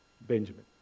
Benjamin